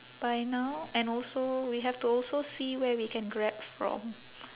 by now and also we have to also see where we can grab from